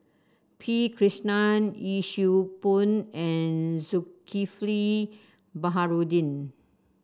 P Krishnan Yee Siew Pun and Zulkifli Baharudin